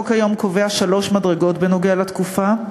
היום החוק קובע שלוש מדרגות בנוגע לתקופה: